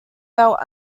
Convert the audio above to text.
belt